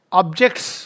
objects